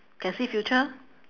can see future